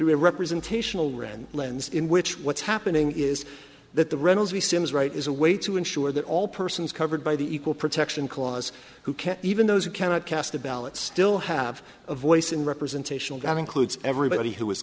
representational rand lens in which what's happening is that the reynolds we sin is right is a way to ensure that all persons covered by the equal protection clause who can't even those who cannot cast a ballot still have a voice in representation that includes everybody who